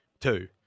two